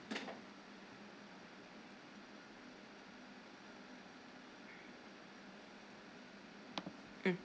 mm